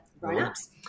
grown-ups